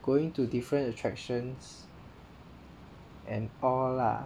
going to different attractions and all lah